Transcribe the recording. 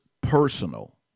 personal